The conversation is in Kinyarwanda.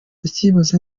akibaza